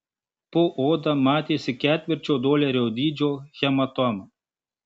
po oda matėsi ketvirčio dolerio dydžio hematoma